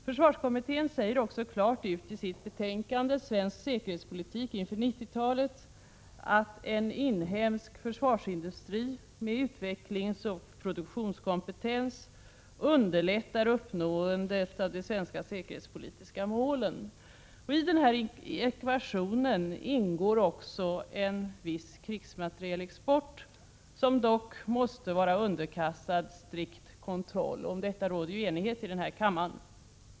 Försvarskommittén säger klart ut i sitt betänkande Svensk säkerhetspolitik inför 90-talet att en inhemsk försvarsindustri med utvecklingsoch produk tionskompetens underlättar uppnåendet av de svenska säkerhetspolitiska målen. I denna ekvation ingår också en viss krigsmaterielexport, som dock måste vara underkastad strikt kontroll, och om detta råder enighet i kammaren.